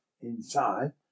inside